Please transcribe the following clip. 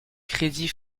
crédit